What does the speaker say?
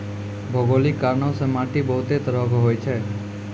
भौगोलिक कारणो से माट्टी बहुते तरहो के होय छै